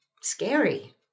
scary